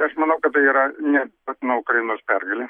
aš manau kad tai yra ne manau ukrainos pergalė